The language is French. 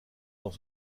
dans